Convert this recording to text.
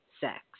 sex